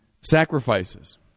sacrifices